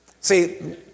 See